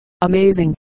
amazing